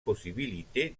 possibilité